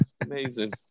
amazing